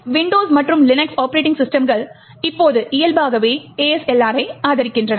Windows மற்றும் Linux operating சிஸ்டம்கள் இப்போது இயல்பாகவே ASLR ஐ ஆதரிக்கின்றன